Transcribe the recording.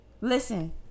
Listen